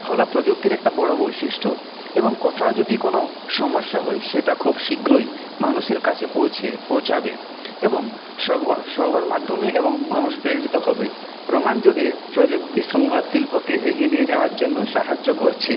হল প্রযুক্তির একটা বড় বৈশিষ্ট্য এবং কোথাও যদি কোনো সমস্যা হয় সেটা খুব শীঘ্রই মানুষের কাছে পৌছে পৌঁছাবে এবং সংবাদ মাধ্যমে এবং মানুষ প্রেরিত হবে রোমান যুগে প্রযুক্তি সংবাদ শিল্পকে এগিয়ে নিয়ে যাওয়ার জন্য সাহায্য করছে